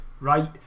right